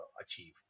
achieve